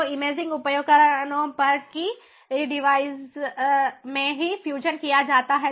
तो इमेजिंग उपकरणों पर कि डिवाइस में ही फ्यूजन किया जाता है